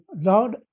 Lord